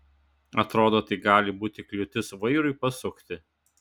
atrodo tai gali būti kliūtis vairui pasukti